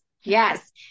Yes